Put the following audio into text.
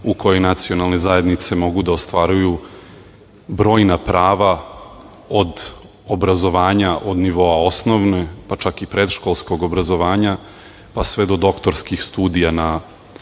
u kojoj nacionalne zajednice mogu da ostvaruju brojna prava, od obrazovanja, od nivoa osnovne, pa čak i predškolskog obrazovanja, pa sve do doktorskih studija na